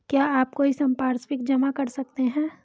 क्या आप कोई संपार्श्विक जमा कर सकते हैं?